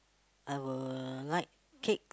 I will like cake